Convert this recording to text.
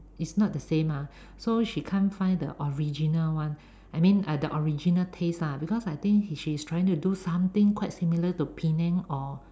is not the same ah so she can't find the original one I mean the original taste lah because I think she's trying to do something similar to Penang or